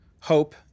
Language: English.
hope